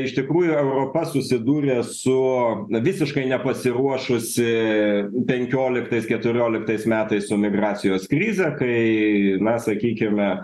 iš tikrųjų europa susidūrė su visiškai nepasiruošusi penkioliktais keturioliktais metais su migracijos krize kai na sakykime